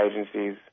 agencies